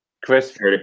chris